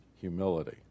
humility